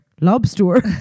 lobster